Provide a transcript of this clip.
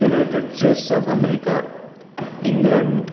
United States of America England